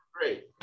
great